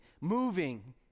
moving